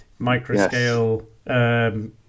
microscale